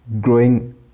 growing